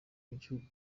b’igihugu